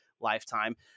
Lifetime